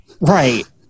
right